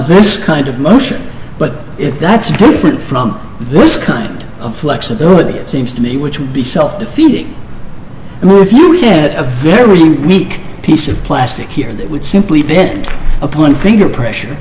this kind of motion but it that's different from this kind of flexibility it seems to me which would be self defeating were if you had a very weak piece of plastic here that would simply been appointing a pressure